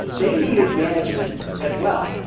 they needed management as well.